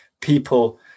people